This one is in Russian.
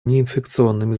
неинфекционными